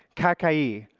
kakai,